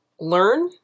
learn